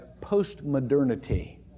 post-modernity